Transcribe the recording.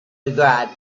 regard